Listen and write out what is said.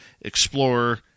explorer